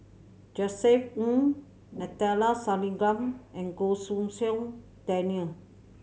Josef Ng Neila Sathyalingam and Goh Pei Siong Daniel